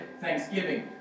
thanksgiving